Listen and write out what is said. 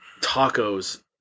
tacos